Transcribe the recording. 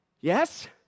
Yes